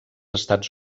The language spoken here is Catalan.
estats